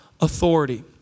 authority